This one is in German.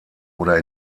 oder